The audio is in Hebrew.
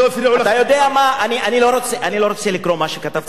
אני לא רוצה לקרוא מה שכתבתי על הרב שמואל אליהו,